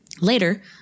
Later